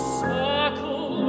circle